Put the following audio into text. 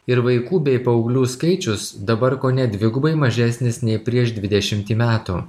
ir vaikų bei paauglių skaičius dabar kone dvigubai mažesnis nei prieš dvidešimtį metų